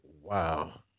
Wow